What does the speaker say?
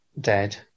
dead